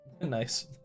nice